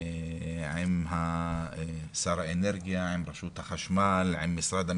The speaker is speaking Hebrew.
עם שר האנרגיה, עם רשות החשמל, עם משרד המשפטים,